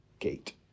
gate